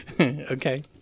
Okay